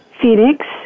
Phoenix